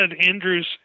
Andrews